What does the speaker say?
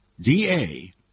DA